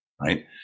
right